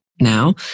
now